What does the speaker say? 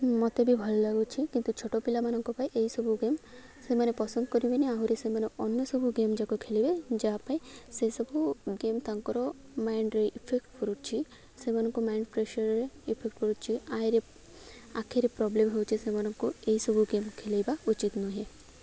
ମୋତେ ବି ଭଲ ଲାଗୁଛି କିନ୍ତୁ ଛୋଟ ପିଲାମାନଙ୍କ ପାଇଁ ଏଇସବୁ ଗେମ୍ ସେମାନେ ପସନ୍ଦ କରିବେନି ଆହୁରି ସେମାନେ ଅନ୍ୟ ସବୁ ଗେମ୍ ଯାକ ଖେଲିବେ ଯାହା ପାଇଁ ସେସବୁ ଗେମ୍ ତାଙ୍କର ମାଇଣ୍ଡରେ ଇଫେକ୍ଟ କରୁଛି ସେମାନଙ୍କୁ ମାଇଣ୍ଡ ପ୍ରେସର୍ରେ ଇଫେକ୍ଟ କରୁଛିି ଆଇରେ ଆଖିରେ ପ୍ରୋବ୍ଲେମ୍ ହଉଚି ସେମାନଙ୍କୁ ଏହିଇସବୁ ଗେମ୍ ଖେଲେଇବା ଉଚିତ୍ ନୁହେଁ